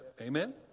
Amen